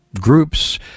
groups